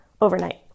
overnight